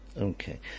okay